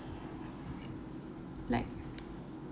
like